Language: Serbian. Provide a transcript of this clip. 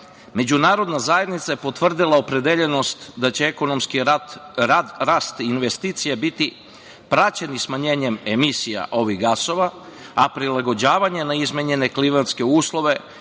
međunarodna zajednica je potvrdila opredeljenost da će ekonomski rast investicija biti praćen i smanjenjem emisija ovih gasova, a prilagođavanje na izmenjene klimatske uslove